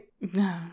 No